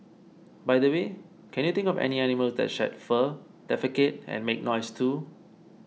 by the way can you think of any animals that shed fur defecate and make noise too